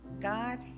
God